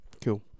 cool